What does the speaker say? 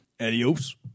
Adios